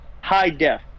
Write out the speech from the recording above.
high-def